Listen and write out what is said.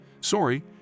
Sorry